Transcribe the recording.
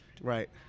Right